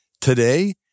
today